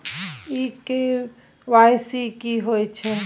इ के.वाई.सी की होय छै?